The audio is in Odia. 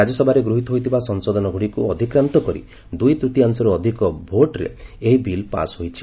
ରାଜ୍ୟସଭାରେ ଗୃହୀତ ଦ୍ୱାରା ହୋଇଥିବା ସଂଶୋଧନଗୁଡିକୁ ଅଧିକ୍ରାନ୍ତ କରି ଦୁଇ ତୃତୀୟାଂଶରୁ ଅଧିକ ଭୋଟରେ ଏହି ବିଲ୍ ପାସ୍ ହୋଇଛି